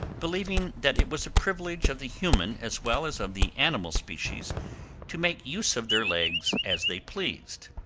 believing that it was a privilege of the human as well as of the animal species to make use of their legs as they pleased.